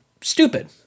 stupid